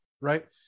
right